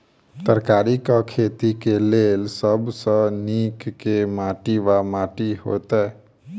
तरकारीक खेती केँ लेल सब सऽ नीक केँ माटि वा माटि हेतै?